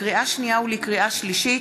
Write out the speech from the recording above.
לקריאה שנייה ולקריאה שלישית: